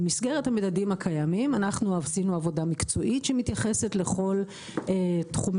במסגרת המדדים הקיימים אנחנו עשינו עבודה מקצועית שמתייחסת לכל תחומי